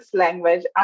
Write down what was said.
language